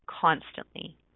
constantly